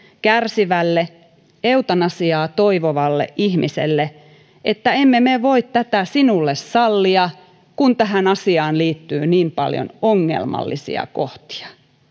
kärsivälle eutanasiaa toivovalle ihmiselle että emme me voi tätä sinulle sallia kun tähän asiaan liittyy niin paljon ongelmallisia kohtia